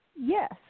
yes